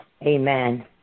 Amen